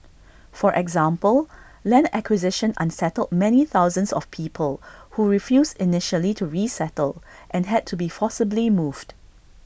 for example land acquisition unsettled many thousands of people who refused initially to resettle and had to be forcibly moved